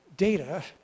data